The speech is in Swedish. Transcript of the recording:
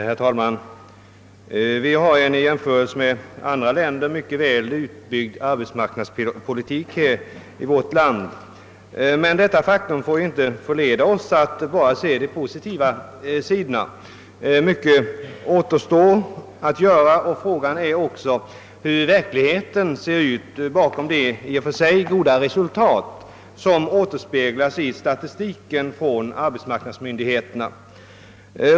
Herr talman! Vi har en i jämförelse med andra länder mycket väl utbyggd arbetsmarknadspolitik. Men detta faktum får inte förleda oss att bara se de positiva sidorna. Mycket återstår att göra, och frågan är också hur verkligheten ser ut bakom de i och för sig goda resultat som återspeglas i statistiken från arbetsmarknadsmyndigheterna.